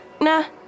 Nah